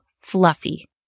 fluffy